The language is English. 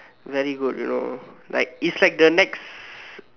very good you know like it's like the next